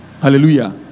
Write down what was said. Hallelujah